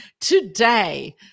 today